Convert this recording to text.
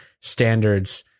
standards